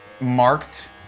marked